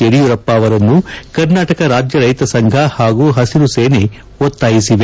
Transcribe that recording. ಯಡಿಯೂರಪ್ಪ ಅವರನ್ನು ಕರ್ನಾಟಕ ರಾಜ್ಯ ರೈತ ಸಂಘ ಹಾಗೂ ಹಸಿರು ಸೇನೆ ಒತ್ತಾಯಿಸಿದೆ